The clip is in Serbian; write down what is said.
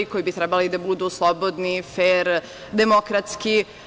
Izbori koji bi trebalo da budu slobodni, fer, demokratski.